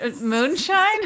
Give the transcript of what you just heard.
moonshine